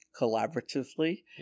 collaboratively